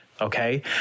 okay